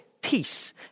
peace